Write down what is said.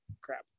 crap